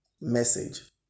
Message